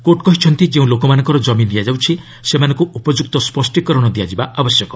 court କହିଛନ୍ତି ଯେଉଁ ଲୋକମାନଙ୍କର ଜମି ନିଆଯାଉଛି ସେମାନଙ୍କୁ ଉପଯୁକ୍ତ ସ୍ୱଷ୍ଠୀକରଣ ଦିଆଯିବା ଆବଶ୍ୟକ